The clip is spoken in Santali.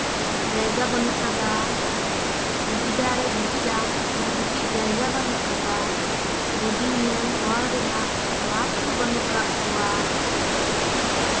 ᱡᱟᱭᱜᱟ ᱵᱟᱹᱱᱩᱜ ᱠᱟᱫᱟ ᱨᱩᱜᱤ ᱡᱟᱦᱟᱸᱨᱮᱭ ᱜᱤᱛᱤᱡᱼᱟ ᱚᱱᱟ ᱜᱤᱛᱤᱡ ᱡᱟᱭᱜᱟ ᱵᱟᱹᱱᱩᱜ ᱠᱟᱫᱟ ᱨᱩᱜᱤ ᱧᱮᱞ ᱦᱚᱲ ᱨᱮᱱᱟᱜ ᱱᱟᱨᱥ ᱠᱚ ᱵᱟᱹᱱᱩᱜ ᱠᱟᱜ ᱠᱚᱣᱟ